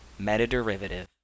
MetaDerivative